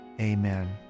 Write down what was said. amen